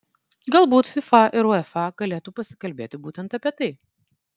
galbūt fifa ir uefa galėtų pasikalbėti būtent apie tai